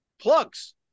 plugs